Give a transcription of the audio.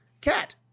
Cat